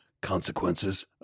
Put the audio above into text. consequences